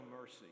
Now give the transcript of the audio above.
mercy